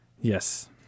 yes